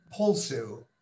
Polsu